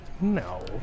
No